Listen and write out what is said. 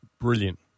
Brilliant